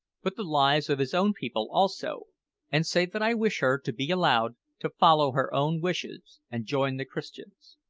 but the lives of his own people also and say that i wish her to be allowed to follow her own wishes, and join the christians.